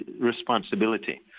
responsibility